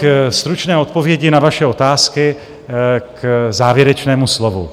Tolik stručné odpovědi na vaše otázky k závěrečnému slovu.